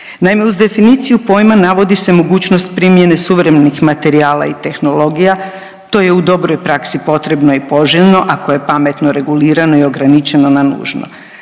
Naime, uz definiciju pojma navodi se mogućnost primjene suvremenih materijala i tehnologija, to je u dobroj praksi potrebno i poželjno, ako je pametno regulirano i ograničeno na nužno.